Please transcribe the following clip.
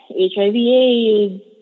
HIV-AIDS